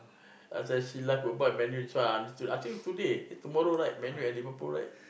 after that see live football Man-U this one ah I think today Man-U and Liverpool right